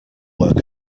work